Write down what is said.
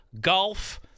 golf